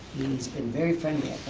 he's been very friendly